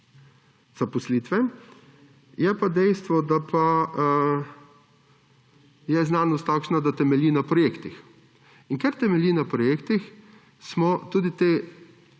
zaposlitve. Je pa dejstvo, da pa je znanost takšna, da temelji na projektih in ker temelji na projektih, smo tudi te